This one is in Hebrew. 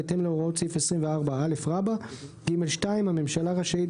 בהתאם להוראות סעיף 24א. (ג2) הממשלה רשאית,